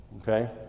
Okay